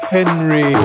Henry